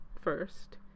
first